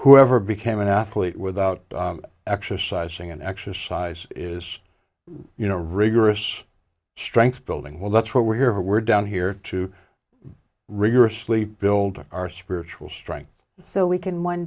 who ever became an athlete without exercising and exercise is you know a rigorous strength building well that's what we're here for we're down here to rigorously build our spiritual strength so we can one